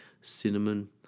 cinnamon